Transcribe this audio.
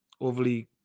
overly